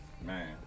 Man